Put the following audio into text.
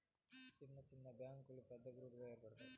సిన్న సిన్న బ్యాంకులు పెద్ద గుంపుగా ఏర్పడుతాయి